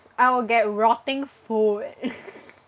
I will get rotting food